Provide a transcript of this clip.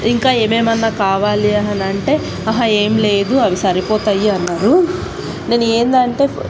ఇంకా ఏమేమి అన్నా కావాలి అని అంటే అహ ఏం లేదు అవి సరిపోతాయా అన్నారు నేను ఏంటి అంటే